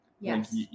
Yes